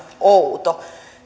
outo